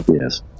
Yes